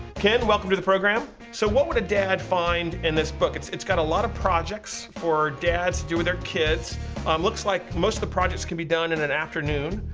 ken, welcome to the program. so what would a dad find in this book. it's it's got a lot of projects for dads to do with their kids. it looks like most the projects can be done in an afternoon.